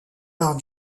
par